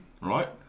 right